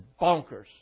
bonkers